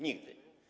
Nigdy.